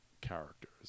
characters